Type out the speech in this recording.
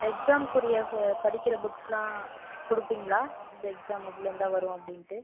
எக்ஸாமுக்குரியது படிக்கிற புக்ஸுலாம் கொடுப்பீங்களா இந்த எக்ஸாம் இதுலேருந்து தான் வரும் அப்படின்ட்டு